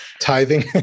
Tithing